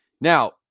Now